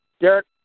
Derek